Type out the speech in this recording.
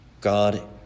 God